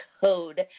Code